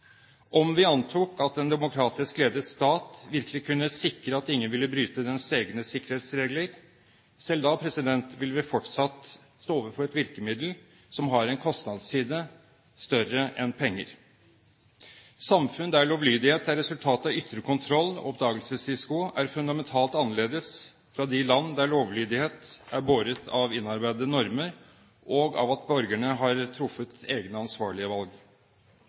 om vi antok at en demokratisk ledet stat virkelig kunne sikre at ingen ville bryte dens egne sikkerhetsregler, selv da ville vi fortsatt stå overfor et virkemiddel som har en kostnadsside større enn penger. Samfunn der lovlydighet er resultat av ytre kontroll og oppdagelsesrisiko er fundamentalt annerledes enn land der lovlydighet er båret av innarbeidede normer og av at borgerne har truffet egne, ansvarlige valg.